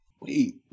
wait